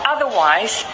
Otherwise